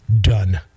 done